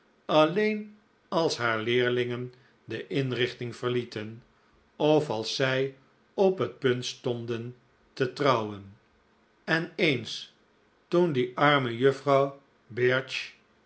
alleen als haar leerlingen de inrichting verlieten of als zij op het punt stonden te trouwen en eens toen die arme juffrouw birch